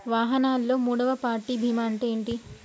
వాహనాల్లో మూడవ పార్టీ బీమా అంటే ఏంటి?